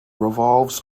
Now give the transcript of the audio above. revolves